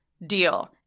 deal